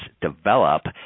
develop